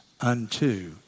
unto